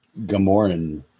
Gamoran